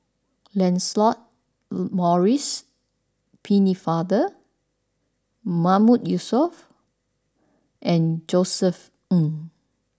Lancelot Maurice Pennefather Mahmood Yusof and Josef Ng